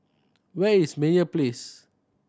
where is Meyer Place